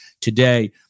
today